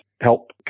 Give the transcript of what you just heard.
help